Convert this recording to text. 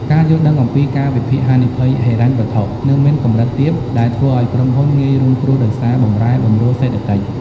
ការយល់ដឹងអំពី "ការវិភាគហានិភ័យហិរញ្ញវត្ថុ" នៅមានកម្រិតទាប ដែលធ្វើឱ្យក្រុមហ៊ុនងាយរងគ្រោះដោយសារបម្រែបម្រួលសេដ្ឋកិច្ច។